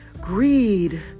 greed